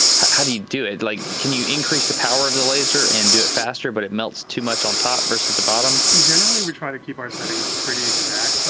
how do you do it? like can you increase the power of the laser and do it faster but it melts too much on top versus the bottom? generally we try to keep our settings pretty exact.